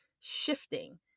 shifting